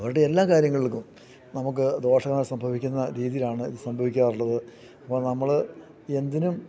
അവരുടെ എല്ലാ കാര്യങ്ങൾക്കും നമുക്ക് ദോഷക സംഭവിക്കുന്ന രീതിയിലാണ് ഇത് സംഭവിക്കാറുള്ളത് അപ്പം നമ്മൾ എന്തിനും